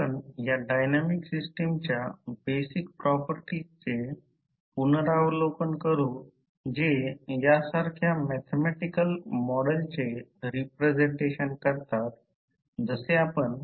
आपण या डायनॅमिक सिस्टमच्या बेसिक प्रॉपर्टीजचे पुनरावलोकन करू जे या सारख्या मॅथॅमॅटिकॅल मॉडेलचे रिप्रेझेंटेशन करतात जसे आपण